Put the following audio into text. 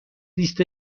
لیست